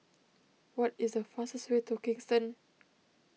what is the fastest way to Kingston